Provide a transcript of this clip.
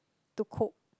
to cope